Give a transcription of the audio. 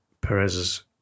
Perez's